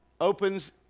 opens